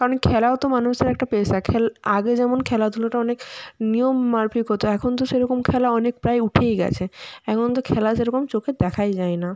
কারণ খেলাও তো মানুষের একটা পেশা খেল আগে যেমন খেলাধুলোটা অনেক নিয়ম মাফিক হতো এখন তো সেরকম খেলা অনেক প্রায় উঠেই গেছে এখন তো খেলা সেরকম চোখে দেখাই যায় না